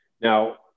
Now